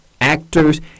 actors